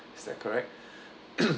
is that correct